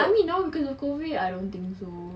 I mean now because of COVID I don't think so